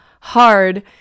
hard